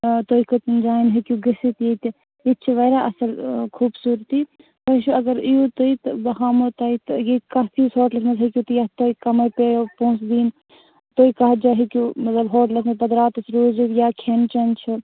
آ تُہۍ کٔژَن جایَن ہیٚکِو گٔژھِتھ ییٚتہِ ییٚتہِ چھِ واریاہ اَصٕل آ خوٗبصوٗرتی تُہۍ وُچھِو اَگَر یِیِو تُہۍ تہٕ بہٕ ہاوہَو تۄہہِ ییٚتہِ کَتھ ہِوِس ہوٹلَس مَنٛز ہیٚکِو تُہۍ یَتھ تۄہہِ کمٕے پیَوٕ پونٛسہِ دیُن تُہۍ کَتھ جایہِ ہیٚکِو مَطلَب ہوٹلَس مَنٛز پَتہٕ راتَس روٗزِتھ یا کھیٚن چیٚن چھُ